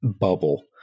bubble